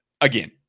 Again